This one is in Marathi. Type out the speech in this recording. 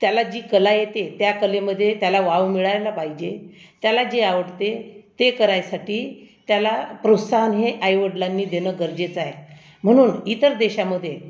त्याला जी कला येते त्या कलेमध्ये त्याला वाव मिळायला पाहिजे त्याला जे आवडते ते करायसाठी त्याला प्रोत्साहन हे आईवडिलांनी देणं गरजेचं आहे म्हणून इतर देशामध्ये